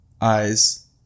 eyes